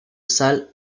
salles